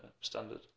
standard